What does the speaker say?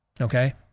Okay